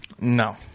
No